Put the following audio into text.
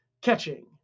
catching